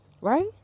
Right